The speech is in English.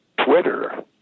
twitter